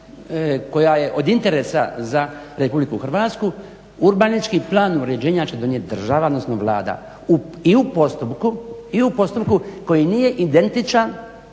koja je od interesa za RH urbanički plan uređenja će donijeti država odnosno Vlada i u postupku koji nije identičan